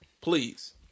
please